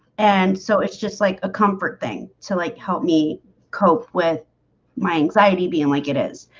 and so it's just like a comfort thing. so like helped me cope with my anxiety being like it is